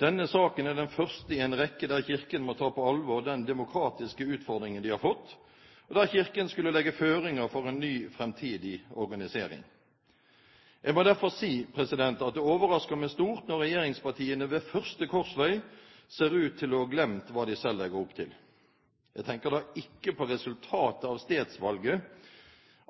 Denne saken er den første i en rekke der Kirken må ta på alvor den demokratiske utfordringen de har fått, og der Kirken skulle legge føringer for en ny, framtidig organisering. Jeg må derfor si at det overrasker meg stort når regjeringspartiene ved første korsvei ser ut til å ha glemt hva de selv legger opp til. Jeg tenker da ikke på resultatet av stedsvalget.